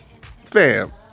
Fam